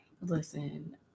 Listen